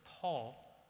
Paul